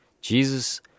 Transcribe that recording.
Jesus